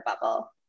bubble